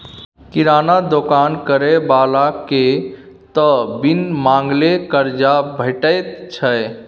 किराना दोकान करय बलाकेँ त बिन मांगले करजा भेटैत छै